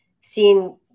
seeing